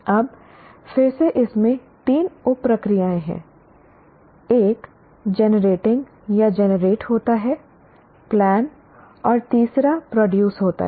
अब फिर से इसमें तीन उप प्रक्रियाएं हैं एक जेनरेटिंग या जनरेट होता है प्लान और तीसरा प्रोड्यूस होता है